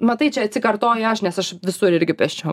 matai čia atsikartoju aš nes aš visur irgi pėsčiom